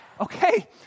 Okay